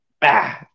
bah